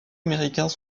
américains